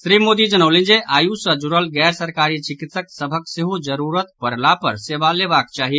श्री मोदी जनौलनि जे आयुष सँ जुड़ल गैर सरकारी चिकित्सक सभक सेहो जरूरत पड़ला पर सेवा लेबाक चाही